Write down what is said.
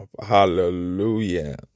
Hallelujah